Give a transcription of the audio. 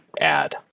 add